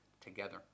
together